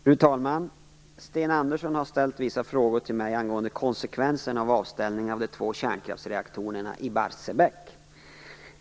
Fru talman! Sten Andersson har ställt vissa frågor till mig angående konsekvenserna av avställningen av de två kärnkraftsreaktorerna i Barsebäck.